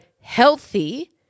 healthy